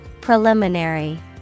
Preliminary